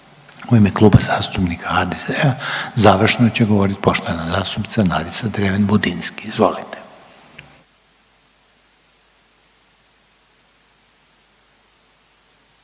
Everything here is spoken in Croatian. U ime Kluba zastupnika HDZ-a završno će govoriti poštovana zastupnica Nadica Dreven Budinski. Izvolite.